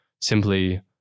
simply